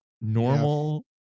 normal